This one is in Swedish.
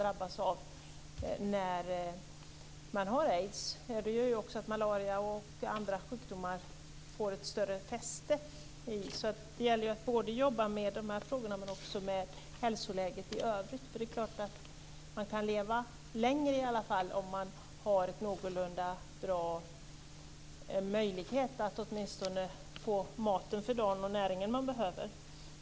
Malaria och andra svåra sjukdomar får ett större fäste hos de aidssjuka. Det gäller att jobba både med de här frågorna och med hälsoläget i övrigt. Man kan åtminstone leva längre om man har möjlighet att få den näring som man behöver.